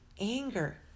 anger